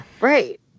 Right